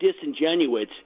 disingenuous